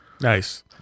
Nice